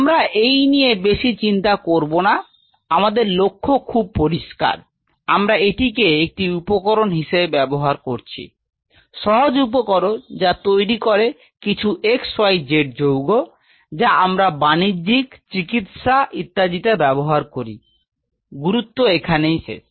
আমরা এই নিয়ে বেশি চিন্তা করব না আমাদের লক্ষ্য খুব পরিষ্কার আমরা এটিকে একটি উপকরন হিসেবে ব্যাবহার করছি সহজ উপকরন যা তৈরি করে কিছু xyz যৌগ যা আমরা বাণিজ্যিক চিকিৎসা ইত্যাদিতে ব্যাবহার করি গুরুত্ব এখানেই শেষ